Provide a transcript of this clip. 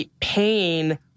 pain